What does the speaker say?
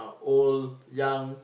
old young